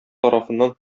тарафыннан